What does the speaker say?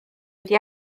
wedi